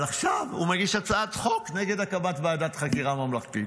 אבל עכשיו הוא מגיש הצעת חוק נגד הקמת ועדת חקירה ממלכתית.